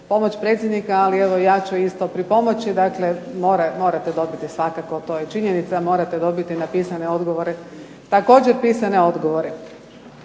pomoć predsjednika, ali evo ja ću isto pripomoći, dakle morate dobiti svakako to je činjenica, morate dobiti na pisane odgovore također pisane odgovore.